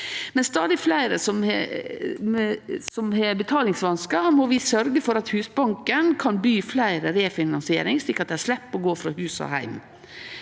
Med stadig fleire som har betalingsvanskar, må vi sørgje for at Husbanken kan tilby fleire refinansiering, slik at dei slepp å gå frå hus og heim.